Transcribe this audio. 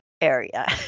area